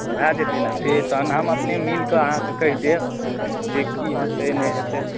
भए जेतै ने से तखन हम अपने मिलि कऽ अहाँकेँ कहि देब जे की हेतै नहि हेतै